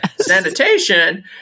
sanitation